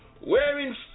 wearing